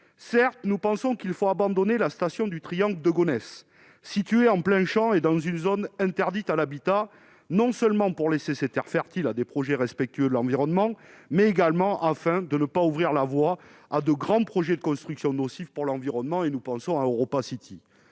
certes, nous pensons qu'il faut abandonner la station du triangle de Gonesse, située en plein Champ, et dans une zone interdite à l'habitat, non seulement pour laisser ces Terres fertiles à des projets respectueux de l'environnement, mais également afin de ne pas ouvrir la voie à de grands projets de construction nocif pour l'environnement et nous pensons à Europa City,